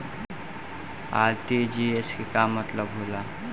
RTGS के का मतलब होला?